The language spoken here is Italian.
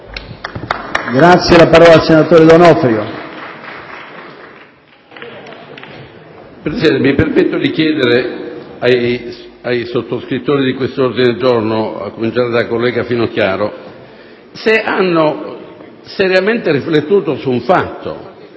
facoltà. D'ONOFRIO *(UDC)*. Signor Presidente, mi permetto di chiedere ai sottoscrittori di quest'ordine del giorno, a cominciare dalla collega Finocchiaro, se hanno seriamente riflettuto su un fatto.